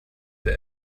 der